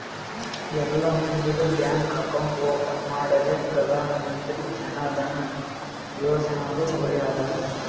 ಎಲ್ಲಾ ಮಂದಿಗ್ bank account open ಮಾಡದೆ ಪ್ರಧಾನ್ ಮಂತ್ರಿ ಜನ್ ಧನ ಯೋಜನಾದು ಗುರಿ ಅದ